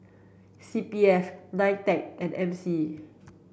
C P F NITEC and M C